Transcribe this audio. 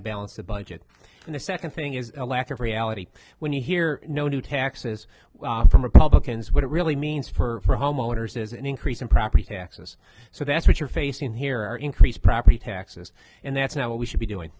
to balance the budget and the second thing is a lack of reality when you hear no new taxes from republicans what it really means for homeowners is an increase in property taxes so that's what you're facing here are increased property taxes and that's not what we should be doing